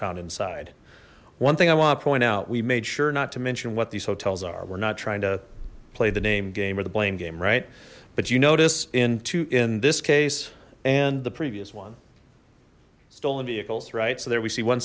found inside one thing i want to point out we made sure not to mention what these hotels are we're not trying to play the name game or the blame game right but you notice in in this case and the previous one stolen vehicles right so there we see one